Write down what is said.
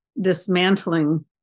dismantling